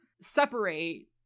separate